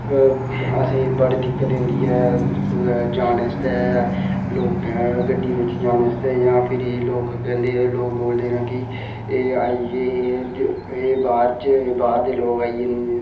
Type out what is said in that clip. असें गी बड़ी दिक्कत होंदी ऐ जे कुतै जा जानें आस्तै लोकें गड्डी बिच जाने आस्तै जां भिरी लोक आखदे लोक बोलदे न कि एह् आई गे बाह्र च बाह्र दे लोक आई गे